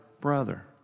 brother